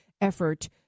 effort